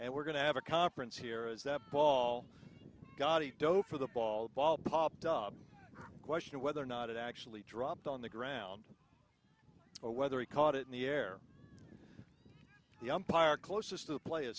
and we're going to have a conference here is that ball god he dove for the ball ball popped up question whether or not it actually dropped on the ground or whether he caught it in the air the umpire closest to